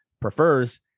prefers